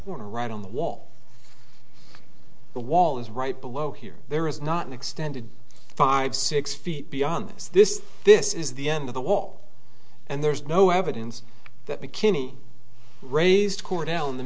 right on the wall the wall is right below here there is not an extended five six feet beyond this this this is the end of the wall and there's no evidence that mckinney raised cordell in the